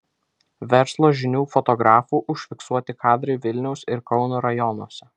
verslo žinių fotografų užfiksuoti kadrai vilniaus ir kauno rajonuose